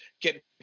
get